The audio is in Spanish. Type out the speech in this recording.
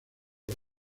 los